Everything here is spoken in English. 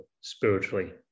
spiritually